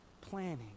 planning